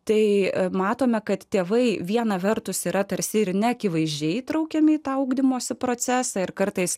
tai matome kad tėvai viena vertus yra tarsi ir neakivaizdžiai traukiame į tą ugdymosi procesą ir kartais